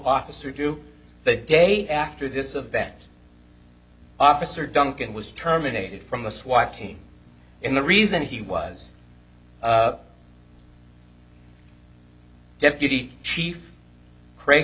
officer do the day after this event officer duncan was terminated from the swat team in the reason he was deputy chief craig